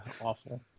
Awful